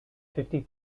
fifty